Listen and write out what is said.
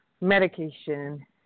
medication